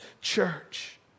church